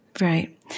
Right